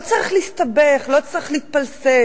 לא צריך להסתבך, לא צריך להתפלסף.